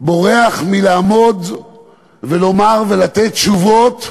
בורח מלעמוד ולומר ולתת תשובות,